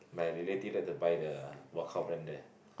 my relative like to buy the brand there